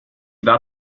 war